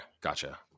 gotcha